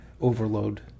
overload